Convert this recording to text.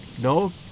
No